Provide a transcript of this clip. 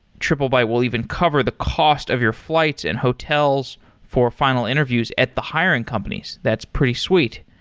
triplebyte will even cover the cost of your flights and hotels for final interviews at the hiring companies. that's pretty sweet.